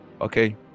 okay